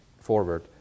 forward